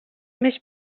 més